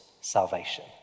salvation